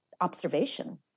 observation